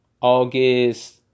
August